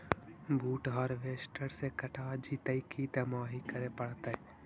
बुट हारबेसटर से कटा जितै कि दमाहि करे पडतै?